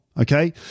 Okay